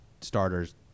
starters